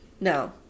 No